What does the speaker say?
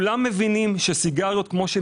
אם ירדן עשתה את זה, למה אנחנו